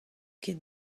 ket